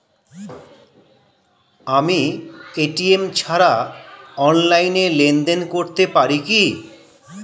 আমি এ.টি.এম ছাড়া অনলাইনে লেনদেন করতে পারি কি?